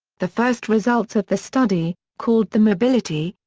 the first results of the study, called the mobility,